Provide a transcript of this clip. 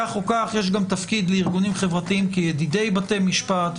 כך או כך יש גם תפקיד לארגונים חברתיים כידידי בתי משפט,